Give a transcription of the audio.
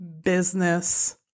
business